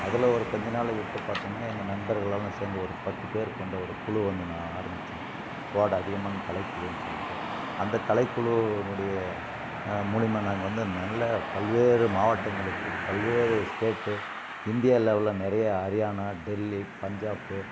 அதில் ஒரு கொஞ்ச நாள் விட்டு பார்த்தோம்னா எங்கள் நண்பர்களெல்லாம் சேர்ந்து ஒரு பத்து பேர் கொண்ட ஒரு குழு ஒன்று நான் ஆரம்மித்தோம் ஸ்வார்டு அதியமான் கலை குழுன்னு சொல்லிட்டு அந்த கலை குழுவினுடைய மூலிமா நாங்கள் வந்து நல்ல பல்வேறு மாவட்டங்களுக்கு பல்வேறு ஸ்டேட்டு இந்தியா லெவலில் நிறையா ஹரியானா டெல்லி பஞ்சாப்